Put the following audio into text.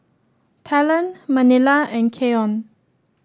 Talon Manilla and Keion